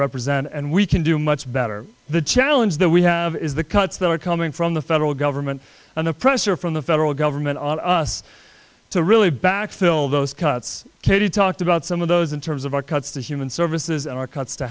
represent and we can do much better the challenge that we have is the cuts that are coming from the federal government and the pressure from the federal government us to really back fill those cuts kitty talked about some of those in terms of our cuts to human services are cuts t